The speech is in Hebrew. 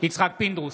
יצחק פינדרוס,